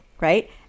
right